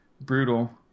brutal